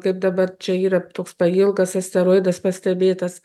kaip dabar čia yra toks pailgas asteroidas pastebėtas